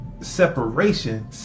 separation